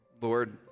Lord